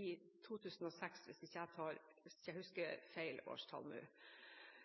i 2006 – hvis jeg ikke husker feil årstall.